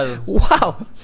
Wow